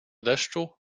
deszczu